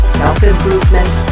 self-improvement